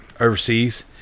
overseas